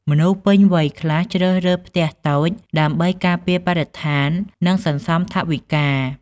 មនុស្សពេញវ័យខ្លះ ជ្រើសរើសផ្ទះតូច ដើម្បីការពារបរិស្ថាន និង សន្សំថវិកា។